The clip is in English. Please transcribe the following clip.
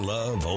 Love